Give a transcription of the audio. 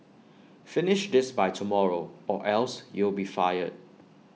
finish this by tomorrow or else you'll be fired